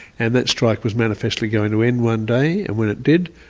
and that strike was manifestly going to end one day, and when it did,